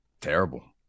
terrible